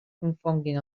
confonguin